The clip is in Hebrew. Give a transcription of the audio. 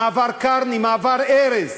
מעבר קרני, מעבר ארז.